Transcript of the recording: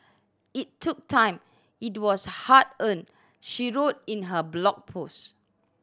it took time it was hard earned she wrote in her blog post